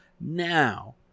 Now